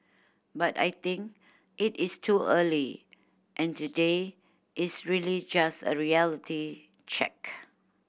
but I think it is too early and today is really just a reality check